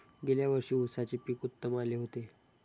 गेल्या वर्षी उसाचे पीक उत्तम आले होते